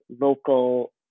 local